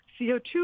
CO2